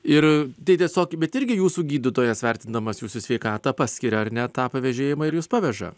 ir tai tiesiog bet irgi jūsų gydytojas vertindamas jūsų sveikatą paskiria ar ne tą pavėžėjimą ir jūs paveža